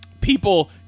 People